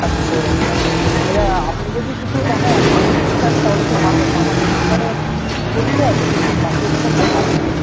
আচ্ছা সৌরভ পাল আচ্ছা আপনি যদি কিছু টাকা অ্যাডভান্স করতেন তাহলে খুব ভালো হতো আমার এই নাম্বারে গুগল পে আছে যদি পাঠিয়ে দিতেন খুব ভালো হতো